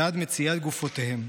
ועד מציאת גופותיהם.